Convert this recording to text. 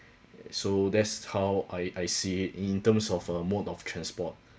so that's how I I see it in terms of uh mode of transport